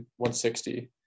160